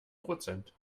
prozent